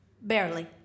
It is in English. Barely